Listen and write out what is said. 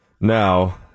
Now